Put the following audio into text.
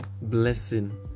blessing